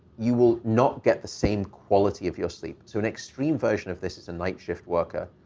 you will not get the same quality of your sleep. so an extreme version of this is a night shift worker,